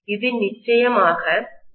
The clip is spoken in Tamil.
இது நிச்சயமாக காந்தப்புல கோடுகளை உருவாக்கும்